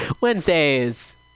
Wednesdays